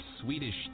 Swedish